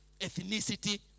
ethnicity